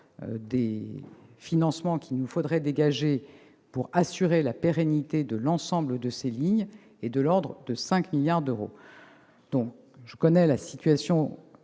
des financements qu'il faudrait dégager pour assurer la pérennité de l'ensemble de ces lignes est de l'ordre de 5 milliards d'euros. Je connais la situation